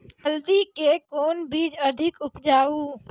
हल्दी के कौन बीज अधिक उपजाऊ?